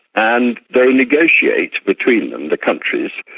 and they negotiate between them, the countries,